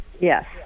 Yes